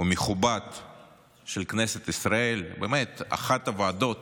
ומכובד של כנסת ישראל, באמת, אחת הוועדות